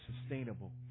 sustainable